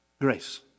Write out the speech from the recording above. grace